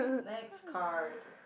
next card